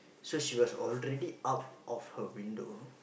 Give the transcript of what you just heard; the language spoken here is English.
so she was already out of her window